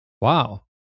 Wow